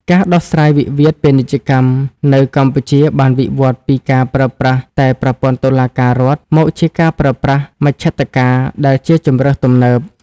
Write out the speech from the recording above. ការដោះស្រាយវិវាទពាណិជ្ជកម្មនៅកម្ពុជាបានវិវត្តពីការប្រើប្រាស់តែប្រព័ន្ធតុលាការរដ្ឋ មកជាការប្រើប្រាស់មជ្ឈត្តការដែលជាជម្រើសទំនើប។